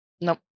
Nope